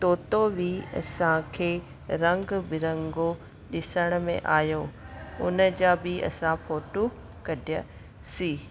तोतो बि असांखे रंगु बिरंगो ॾिसण में आयो उनजा बि असां फ़ोटू कढियासीं